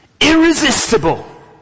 Irresistible